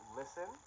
listen